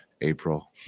April